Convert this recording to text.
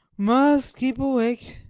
must keep awake.